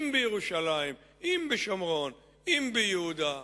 אם בירושלים, אם בשומרון, אם ביהודה,